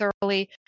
thoroughly